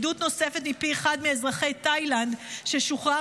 עדות נוספת מפי אחד מאזרחי תאילנד ששוחרר